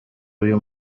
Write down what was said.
uyu